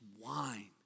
wine